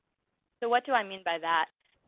so what do i mean by that?